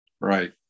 right